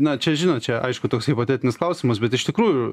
na čia žinot čia aišku toks hipotetinis klausimas bet iš tikrųjų